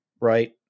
right